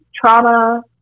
trauma